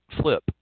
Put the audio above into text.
flip